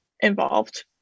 involved